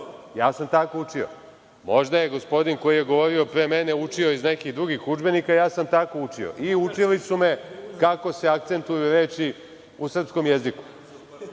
Ja sam tako učio. Možda je gospodin koji je govorio pre mene učio iz nekih drugih udžbenika, ali ja sam tako učio i učili su me kako se akcentuju reči u srpskom jeziku.